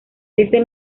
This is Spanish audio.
ese